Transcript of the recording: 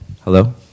Hello